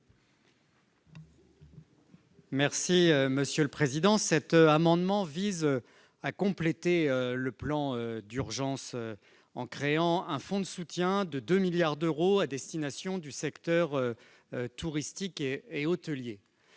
M. Rémi Féraud. Cet amendement vise à compléter le plan d'urgence en créant un fonds de soutien doté de 2 milliards d'euros à destination du secteur touristique et hôtelier.